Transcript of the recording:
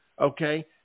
okay